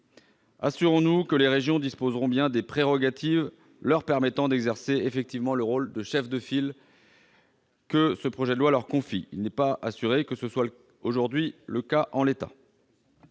Assurons-nous que les régions disposeront bien des prérogatives leur permettant d'exercer effectivement le rôle de chef de file que ce projet de loi leur confie. Il n'est pas assuré que ce soit le cas en l'état.